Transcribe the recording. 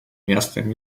miastem